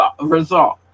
result